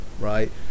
right